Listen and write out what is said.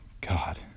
God